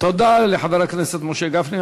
תודה לחבר הכנסת משה גפני.